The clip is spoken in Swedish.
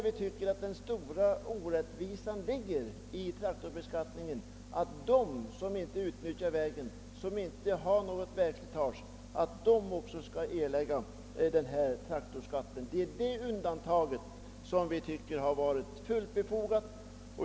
Vi tycker att den stora orättvisan i traktorbeskattningen ligger i att också de, som inte utnyttjar vägarna och alltså inte vållar något vägslitage, skall erlägga denna traktorskatt. Ett undantag för dem betraktar vi som fullt befogat.